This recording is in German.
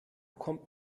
kommt